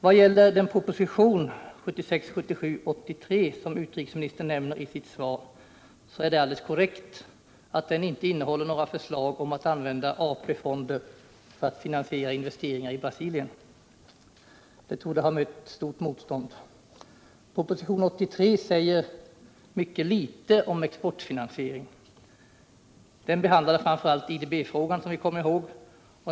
Vad gäller den proposition, 1976/77:83, som utrikesministern nämner i sitt svar, är det alldeles korrekt att den inte innehåller några förslag om att använda AP-fonderna för att finansiera investeringar i Brasilien. Det torde ha mött stort motstånd. I propositionen 83 sägs mycket litet om exportfinansiering. Där behandlas framför allt, som vi kommer ihåg, IDB-frågan.